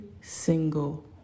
single